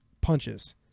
punches